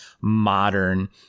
modern